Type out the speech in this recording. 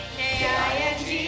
king